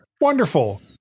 Wonderful